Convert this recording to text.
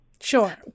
sure